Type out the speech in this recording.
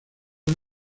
dos